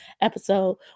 episode